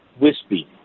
wispy